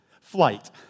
flight